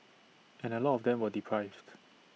and A lot of them were deprived